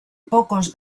pocos